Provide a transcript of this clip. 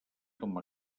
com